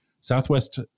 Southwest